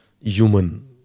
human